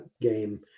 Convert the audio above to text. game